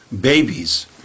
babies